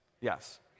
Yes